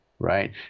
right